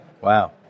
Wow